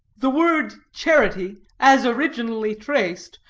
the word charity, as originally traced,